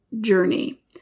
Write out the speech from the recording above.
journey